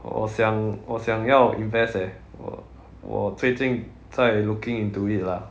我想我想要 invest eh 我我最近在 looking into it lah